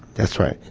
that's right.